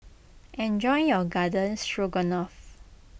enjoy your Garden Stroganoff